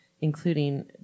including